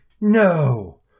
no